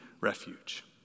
refuge